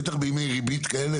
בטח בימי ריבית כאלה